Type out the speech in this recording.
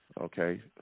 okay